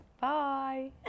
Bye